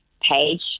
page